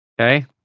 Okay